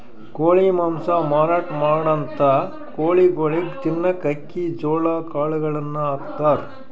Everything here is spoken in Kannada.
ಕೋಳಿ ಮಾಂಸ ಮಾರಾಟ್ ಮಾಡಂಥ ಕೋಳಿಗೊಳಿಗ್ ತಿನ್ನಕ್ಕ್ ಅಕ್ಕಿ ಜೋಳಾ ಕಾಳುಗಳನ್ನ ಹಾಕ್ತಾರ್